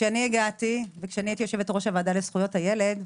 כשאני הגעתי והייתי יושבת-ראש הוועדה לזכויות הילד,